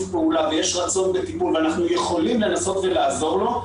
פעולה ויש רצון לטיפול ואנחנו יכולים לנסות ולעזור לו,